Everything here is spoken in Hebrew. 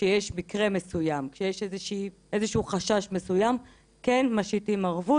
כשיש איזשהו חשש מסוים כן משיתים ערבות